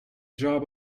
job